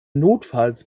notfalls